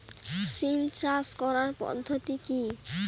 সিম চাষ করার পদ্ধতি কী?